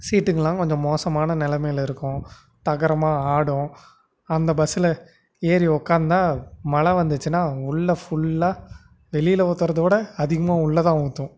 சீட்டுங்கெலாம் கொஞ்சம் மோசமான நிலமைல இருக்கும் தகரமாக ஆடும் அந்த பஸ்ஸில் ஏறி உக்கார்ந்தா மழை வந்துச்சுனா உள்ளே ஃபுல்லாக வெளியில் ஊற்றுறதோட அதிகமாக உள்ளேதான் ஊற்றும்